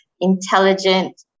intelligent